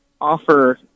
offer